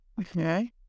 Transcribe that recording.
Okay